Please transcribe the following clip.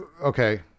Okay